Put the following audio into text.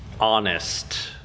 honest